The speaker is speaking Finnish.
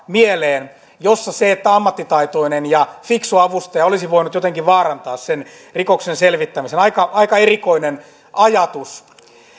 jossa ammattitaitoinen ja fiksu avustaja olisi voinut jotenkin vaarantaa sen rikoksen selvittämisen aika erikoinen ajatus